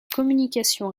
communications